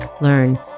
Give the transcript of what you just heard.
learn